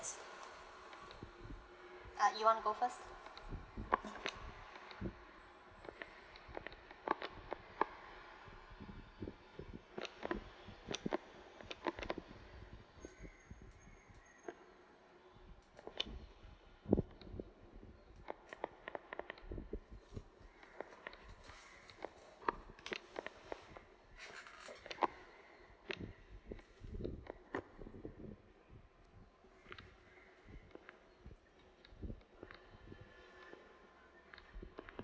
uh you want to go first